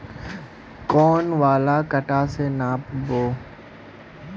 कौन वाला कटा से नाप बो?